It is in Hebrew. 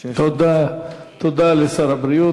תודה לשר הבריאות.